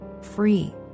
free